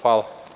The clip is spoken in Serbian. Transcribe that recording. Hvala.